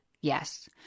yes